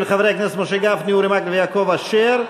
של חברי הכנסת משה גפני, אורי מקלב ויעקב אשר: